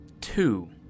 Two